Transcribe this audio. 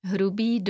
Hrubý